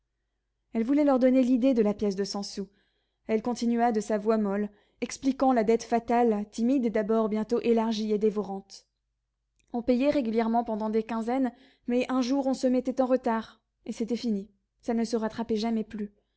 elle voulait leur donner l'idée de la pièce de cent sous elle continua de sa voix molle expliquant la dette fatale timide d'abord bientôt élargie et dévorante on payait régulièrement pendant des quinzaines mais un jour on se mettait en retard et c'était fini ça ne se rattrapait jamais plus